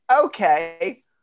okay